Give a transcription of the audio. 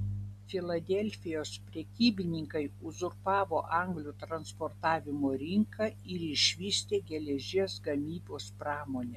filadelfijos prekybininkai uzurpavo anglių transportavimo rinką ir išvystė geležies gamybos pramonę